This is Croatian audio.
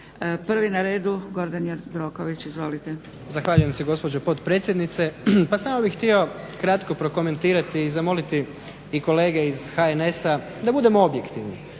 Izvolite. **Jandroković, Gordan (HDZ)** Zahvaljujem se gospođo potpredsjednice. Pa samo bih htio kratko prokomentirati i zamoliti i kolege iz HNS-a da budemo objektivni.